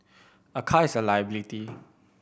a car is a liability